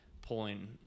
pulling